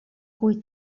cui